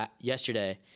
yesterday